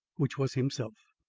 which was himself.